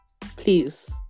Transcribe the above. please